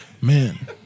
Man